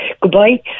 goodbye